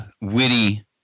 witty